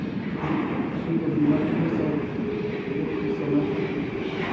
इमें पशु के बीमा तीन साल तकले के समय खातिरा होखेला